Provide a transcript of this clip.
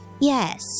Yes